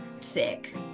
Sick